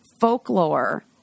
folklore